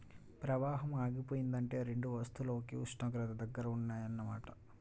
ప్రవాహం ఆగిపోయిందంటే రెండు వస్తువులు ఒకే ఉష్ణోగ్రత దగ్గర ఉన్నాయన్న మాట